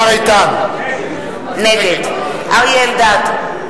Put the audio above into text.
נגד אריה אלדד,